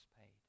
paid